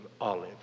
olive